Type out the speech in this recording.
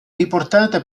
riportata